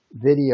video